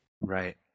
Right